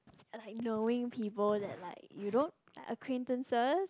like knowing people that like you know like acquaintances